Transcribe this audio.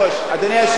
אדוני היושב-ראש,